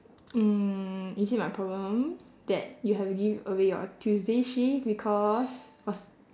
mm is it my problem that you have to give away your tuesday shift because was